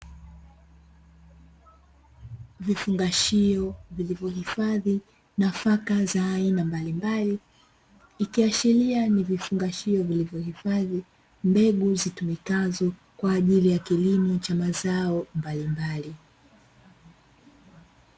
Vifungashio vilivyohifadhi nafaka za aina mbalimbali, ikiashiria ni vifungashio vilivyohifadhi mbegu zitumikazo kwa ajili ya kilimo cha mazao mbalimbali.